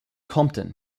compton